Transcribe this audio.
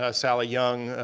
ah sally young,